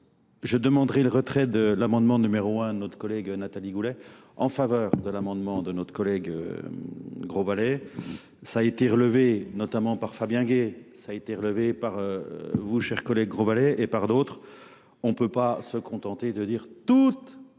Je demanderai le retrait de l'amendement n°1 de notre collègue Nathalie Goulet en faveur de l'amendement de notre collègue Grosvalet. Ça a été relevé notamment par Fabien Guay, ça a été relevé par vous cher collègue Grosvalet et par d'autres. On ne peut pas se contenter de dire toutes